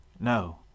no